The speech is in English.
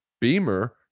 Beamer